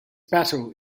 battle